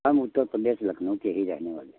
हम उत्तर प्रदेश लखनऊ के ही रहने वाले हैं